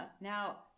Now